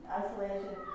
isolation